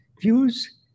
views